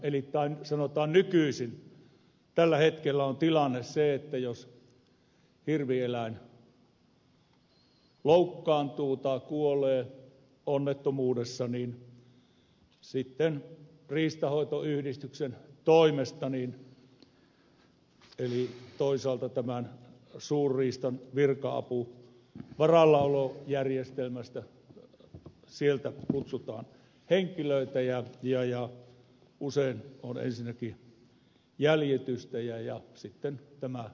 aiemminhan tai sanotaan nykyisin tällä hetkellä on tilanne se että jos hirvieläin loukkaantuu tai kuolee onnettomuudessa niin sitten riistanhoitoyhdistyksestä eli toisaalta tämähän on suurista virka apu tästä suurriistavirka avun varallaolojärjestelmästä kutsutaan henkilöitä ja usein on ensinnäkin jäljitystä ja sitten tämä lopettaminen